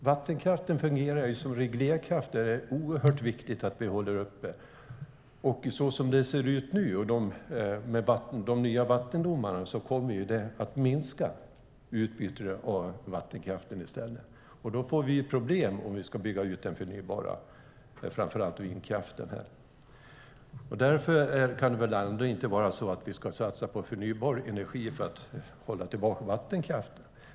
Vattenkraften fungerar ju som reglerkraft som det är oerhört viktigt att vi håller uppe. Som det ser ut nu med de nya vattendomarna kommer utbytet av vattenkraft att minska. Vi får problem om vi ska bygga ut den förnybara vindkraften framför allt. Vi ska väl inte satsa på förnybar energi för att hålla tillbaka vattenkraften?